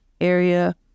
area